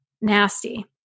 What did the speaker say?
nasty